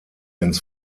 ins